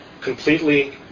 completely